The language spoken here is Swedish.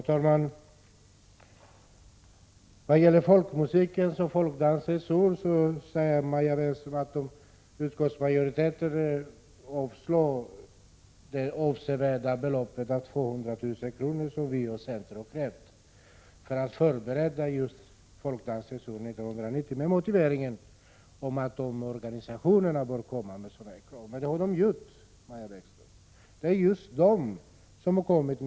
Herr talman! Maja Bäckström säger att utskottsmajoriteten har avstyrkt centerns och vpk:s krav om ett anslag på det avsevärda beloppet 200 000 kr. för att förbereda ett folkmusikens och dansens år 1990. Utskottsmajoritetens motivering är att organisationerna i fråga bör ställa det kravet. Men det har de också gjort.